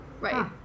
right